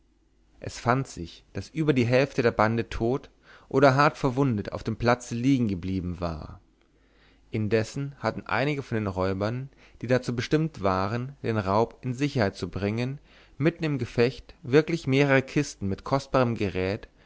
es fand sich daß über die hälfte der bande tot oder hart verwundet auf dem platze liegen geblieben war indessen hatten einige von den räubern die dazu bestimmt waren den raub in sicherheit zu bringen mitten im gefecht wirklich mehrere kisten mit kostbarem gerät